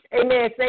Amen